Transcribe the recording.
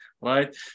right